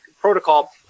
protocol